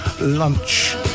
lunch